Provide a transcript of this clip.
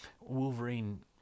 wolverine